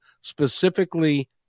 specifically